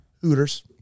Hooters